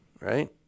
right